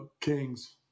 kings